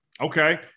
Okay